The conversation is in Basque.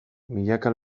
milaka